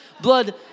blood